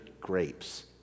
grapes